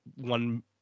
one